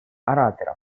оратора